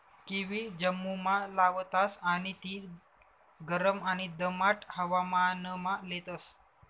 kiwi जम्मुमा लावतास आणि ती गरम आणि दमाट हवामानमा लेतस